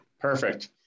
Perfect